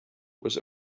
was